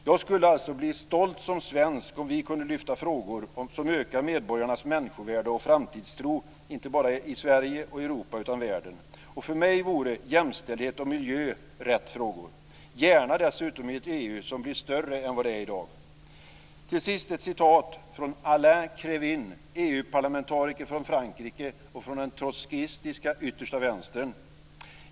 Jag skulle alltså bli stolt som svensk om vi kunde lyfta fram frågor som ökar medborgarnas människovärde och framtidstro, inte bara i Sverige och Europa utan världen. För mig vore jämställdhet och miljö rätt frågor, gärna dessutom i ett EU som är större än vad det är i dag. Till sist ett citat från Alain Krivine, EU parlamentariker från Frankrike och från den trotskistiska yttersta vänstern.